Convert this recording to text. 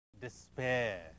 despair